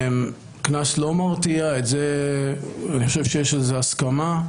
הקנס לא מרתיע ואני חושב שיש על זה הסכמה.